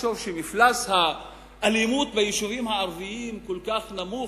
הרי שמפלס האלימות ביישובים הערביים כל כך נמוך,